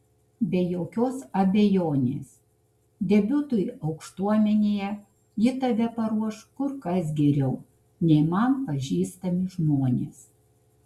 be jokios abejonės debiutui aukštuomenėje ji tave paruoš kur kas geriau nei man pažįstami žmonės